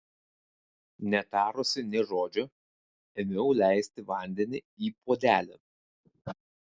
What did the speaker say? netarusi nė žodžio ėmiau leisti vandenį į puodelį